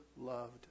loved